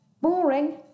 boring